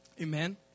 Amen